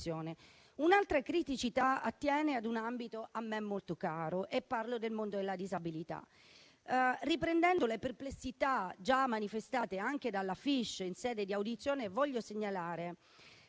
Un'altra criticità attiene a un ambito a me molto caro: parlo del mondo della disabilità. Riprendendo le perplessità già manifestate anche dalla Federazione italiana